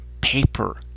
paper